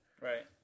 Right